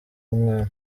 umwami